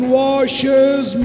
washes